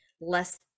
Less